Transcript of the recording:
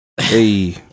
Hey